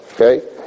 okay